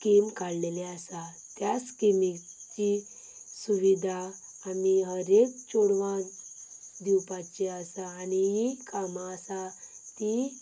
scheme काडिल्ली आसा त्या स्किमीची सुविधा आमी हर एक चेडवाक दिवपाची आसा आनी हीं कामां आसा तीं